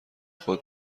خود